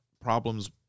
problems